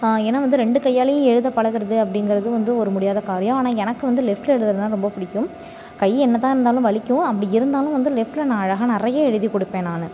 ஏன்னா வந்து ரெண்டு கையாலேயும் எழுத பழகுகிறது அப்படிங்கறது வந்து ஒரு முடியாத காரியம் ஆனால் இங்கே எனக்கு வந்து லெஃப்ட்டில் எழுதறதுன்னால் ரொம்ப பி டிக்கும் கை என்னதான் இருந்தாலும் வலிக்கும் அப்படி இருந்தாலும் வந்து லெஃப்ட்டில் நான் அழகாக நிறைய எழுதி கொடுப்பேன் நான்